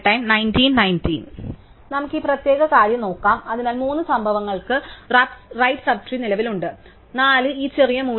നമുക്ക് ഈ പ്രത്യേക കാര്യം നോക്കാം അതിനാൽ 3 സംഭവങ്ങൾക്ക് റൈറ് സബ് ട്രീ നിലവിലുണ്ട് 4 ഈ ചെറിയ മൂല്യം ഉണ്ട്